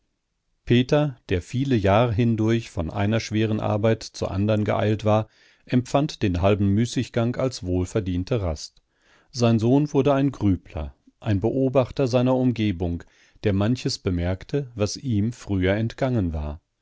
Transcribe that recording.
peter der viele jahre hindurch von einer schweren arbeit zur anderen geeilt war empfand den halben müßiggang als wohlverdiente rast sein sohn wurde ein grübler ein beobachter seiner umgebung der manches bemerkte was ihm früher entgangen war